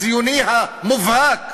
הציוני המובהק,